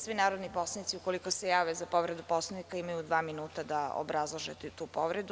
Svi narodni poslanici, ukoliko se jave po povredi Poslovnika, imaju dva minuta da obrazlože tu povredu.